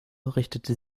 richtete